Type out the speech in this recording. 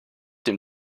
dem